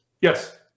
Yes